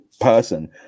person